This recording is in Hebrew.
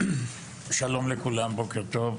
שלום לכולם, בוקר טוב.